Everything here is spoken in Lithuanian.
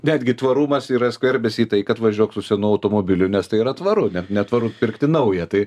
netgi tvarumas yra skverbiasi į tai kad važiuok su senu automobiliu nes tai yra tvaru ne netvaru pirkti naują tai